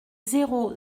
zéro